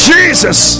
Jesus